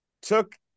took